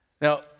Now